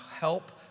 help